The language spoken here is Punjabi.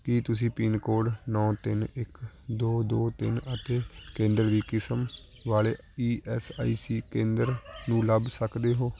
ਕੀ ਤੁਸੀਂ ਪਿੰਨਕੋਡ ਨੌ ਤਿੰਨ ਇੱਕ ਦੋ ਦੋ ਤਿੰਨ ਅਤੇ ਕੇਂਦਰ ਦੀ ਕਿਸਮ ਵਾਲੇ ਈ ਐੱਸ ਆਈ ਸੀ ਕੇਂਦਰ ਨੂੰ ਲੱਭ ਸਕਦੇ ਹੋ